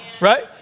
right